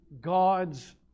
God's